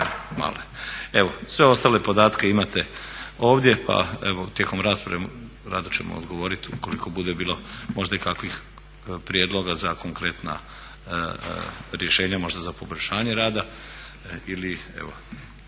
sve ostale podatke imate ovdje pa evo tijekom rasprave rado ćemo odgovorit ukoliko bude bilo možda i kakvih prijedloga za konkretna rješenja možda za poboljšanje rada.